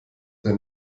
der